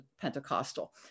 Pentecostal